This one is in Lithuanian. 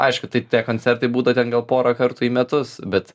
aišku tai tie koncertai būna ten gal porą kartų į metus bet